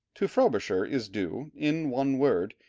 to frobisher is due, in one word,